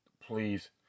Please